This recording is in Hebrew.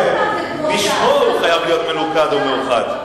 משמו הוא חייב להיות מלוכד ומאוחד.